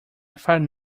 find